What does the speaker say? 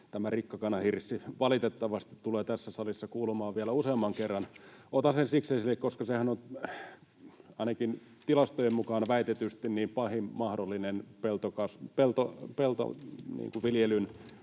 tämä rikkakanahirssi valitettavasti tulee tässä salissa kuulumaan vielä useamman kerran. Otan sen siksi esille, että sehän on ainakin tilastojen mukaan väitetysti pahin mahdollinen peltoviljelyn